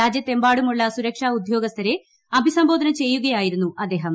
രാജ്യത്തെമ്പാടുമുള്ള സുരക്ഷാ ഉദ്ദ്യൃാഗ്സ്ഥരെ അഭിസംബോധന ചെയ്യുകയായിരുന്നു അദ്ദേഹം